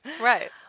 Right